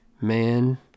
Man